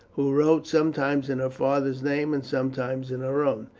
who wrote sometimes in her father's name and sometimes in her own.